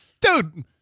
Dude